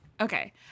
Okay